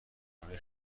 خونه